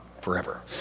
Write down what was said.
forever